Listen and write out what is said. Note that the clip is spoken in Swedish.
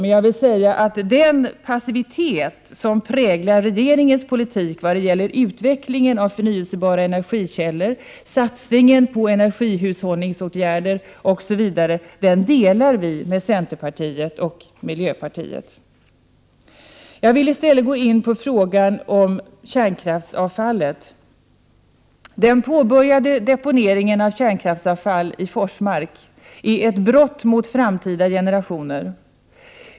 Men vi anser att regeringens politik vad gäller utvecklingen av förnyelsebara energikällor, satsningen på energihushållningsåtgärder osv. präglas av passivitet, och den åsikten delar centerpartiet och miljöpartiet med oss. Jag vill i stället gå in på frågan om kärnkraftsavfallet. Den påbörjade deponeringen av kärnkraftsavfall i Forsmark är ett brott mot framtida generationer.